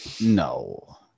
No